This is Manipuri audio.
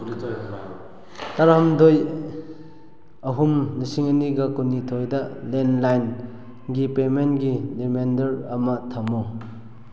ꯇꯔꯥꯍꯨꯝꯗꯣꯏ ꯑꯍꯨꯝ ꯂꯤꯁꯤꯡ ꯑꯅꯤꯒ ꯀꯨꯟꯅꯤꯊꯣꯏꯗ ꯂꯦꯂꯥꯏꯟꯒꯤ ꯄꯦꯃꯦꯟꯒꯤ ꯔꯤꯃꯦꯟꯗꯔ ꯑꯃ ꯊꯝꯃꯨ